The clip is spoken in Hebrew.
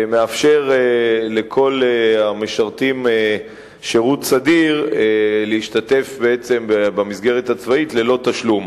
שמאפשר לכל המשרתים שירות סדיר להשתתף במסגרת הצבאית ללא תשלום.